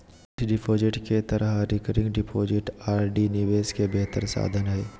fixed deposit के तरह recurring deposit RD निवेश के बेहतर साधन हइ